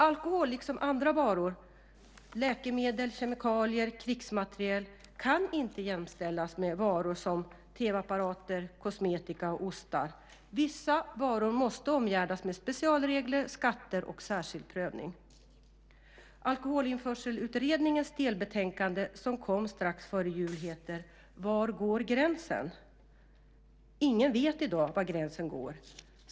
Alkohol liksom andra varor, läkemedel, kemikalier och krigsmateriel, kan inte jämställas med varor som tv-apparater, kosmetika och ostar. Vissa varor måste omgärdas av specialregler, skatter och särskild prövning. Alkoholinförselutredningens delbetänkande, som kom strax före jul, heter Var går gränsen? Ingen vet i dag var gränsen går.